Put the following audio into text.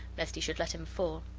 lest he should let him fall.